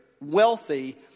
wealthy